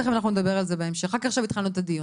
נדבר עליהם בהמשך, רק עכשיו התחלנו את הדיון.